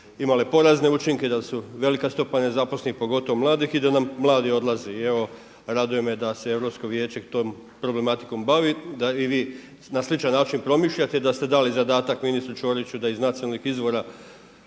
imale porazne učinke, da su velika stopa nezaposlenih pogotovo mladih i da nam mladi odlazi. Evo raduje me da se Europsko vijeće tom problematikom bavi da i vi na sličan način promišljate, da ste dali zadatak ministru Ćoriću da iz nacionalnih izvora